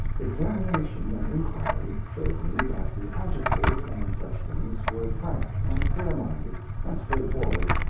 examination and inquiry showed me that the adjectives and such things were frank and fair-minded and straightforward,